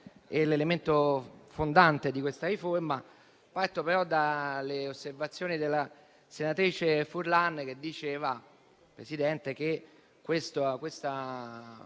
e l'elemento fondante di questa riforma. Parto però dalle osservazioni della senatrice Furlan, che diceva, Presidente, che questa